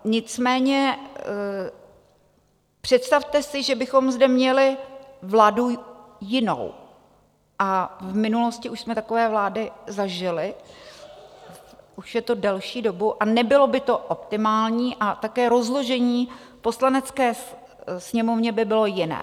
Nicméně představte si, že bychom zde měli vládu jinou a v minulosti už jsme takové vlády zažili, už je to delší dobu a nebylo by to optimální a také rozložení v Poslanecké sněmovně by bylo jiné.